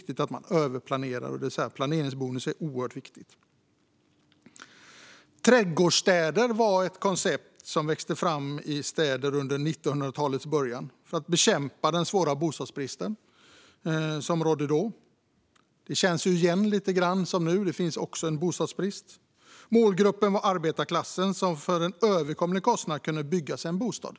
Trädgårdsstäder var ett koncept som växte fram i städer under 1900-talets början för att bekämpa den svåra bostadsbrist som då rådde. Det känns igen lite grann. Nu finns det också en bostadsbrist. Målgruppen var arbetarklassen, som till en överkomlig kostnad kunde bygga sig en bostad.